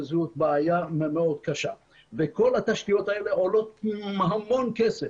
כל התשתיות האלה עולות המון כסף.